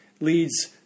leads